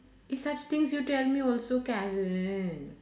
eh such things you tell me also Karen